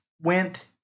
Went